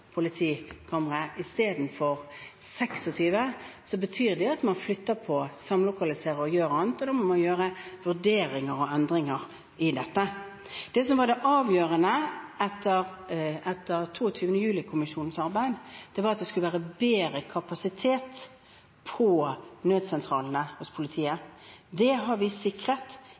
betyr det at man flytter på, samlokaliserer og gjør annet, og da må man gjøre vurderinger og endringer i dette. Det som var det avgjørende etter 22. juli-kommisjonens arbeid, var at det skulle være bedre kapasitet ved nødsentralene hos politiet. Det har vi sikret